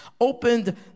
opened